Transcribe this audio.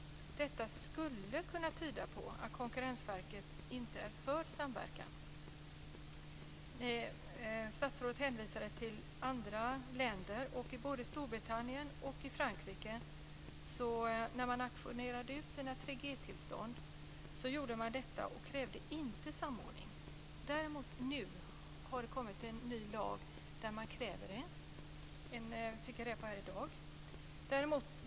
Detta skulle kunna tyda på att Konkurrensverket inte är för samverkan. Statsrådet hänvisade till andra länder. I Storbritannien och Frankrike krävde man inte samordning när man auktionerade ut sina 3 G-tillstånd. Däremot har det nu kommit en ny lag där man kräver det, fick jag reda på här i dag.